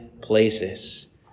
places